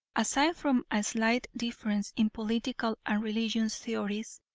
aside from a slight difference in political and religious theories,